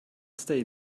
stay